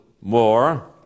more